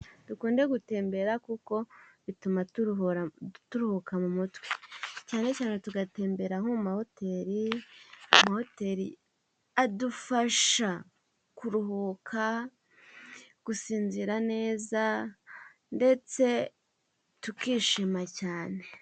Dukunde gutembera kuko bituma turuhura turuhuka mu mutwe cyane cyane tugatembera nko mu mahoteli. .Amahoteri adufasha kuruhuka, gusinzira neza ndetse tukishima cyane.